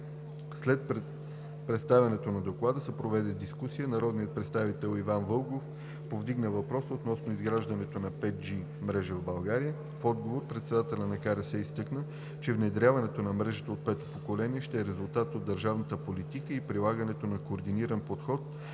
След представянето на Доклада се проведе дискусия. Народният представител Иван Вълков повдигна въпроса относно изграждането на 5G мрежа в България. В отговор председателят на КРС изтъкна, че внедряването на мрежите от пето поколение ще е резултат от държавната политика и прилагането на координиран подход